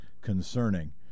concerning